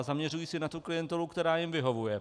Zaměřují se na klientelu, která jim vyhovuje.